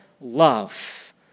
love